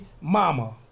mama